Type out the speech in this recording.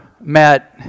met